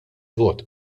vot